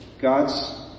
God's